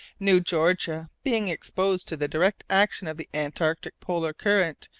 new georgia, being exposed to the direct action of the antarctic polar current,